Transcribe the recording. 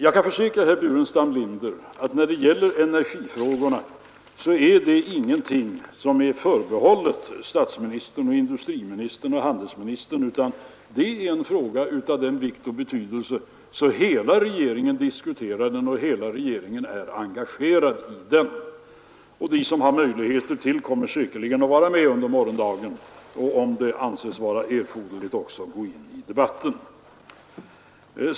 Jag kan försäkra herr Burenstam Linder att handläggningen av energifrågan inte är någonting som är förbehållet statsministern och industriministern och handelsministern, utan det är en fråga av sådan vikt och betydelse att hela regeringen diskuterar den och hela regeringen är engagerad i den — och de som har möjligheter därtill kommer säkerligen att vara med här under morgondagen och, om det anses erforderligt, också gå in i debatten.